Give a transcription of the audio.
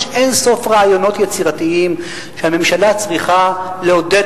יש אין-סוף רעיונות יצירתיים שהממשלה צריכה לעודד,